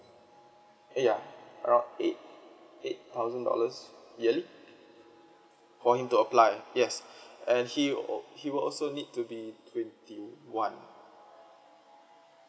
yeah around eight eight thousand dollars yearly for him to apply yes and he would he would also need to be twenty one